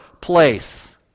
place